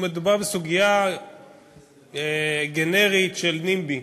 מדובר בסוגיה גנרית של NIMBY,